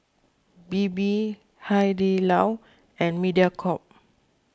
Bebe Hai Di Lao and Mediacorp